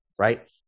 Right